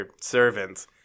servants